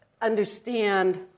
understand